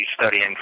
studying